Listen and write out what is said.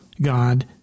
God